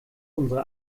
unsere